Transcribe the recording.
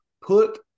put